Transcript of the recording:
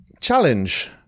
challenge